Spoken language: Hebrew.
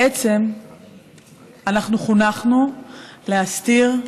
בעצם אנחנו חונכנו להסתיר,